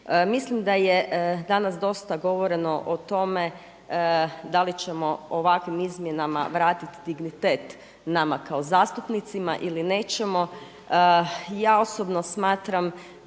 Mislim da je danas dosta govoreno o tome da li ćemo ovakvim izmjenama vratiti dignitet dignitet nama kao zastupnicima ili nećemo. Ja osobno smatram